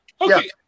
Okay